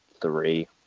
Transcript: three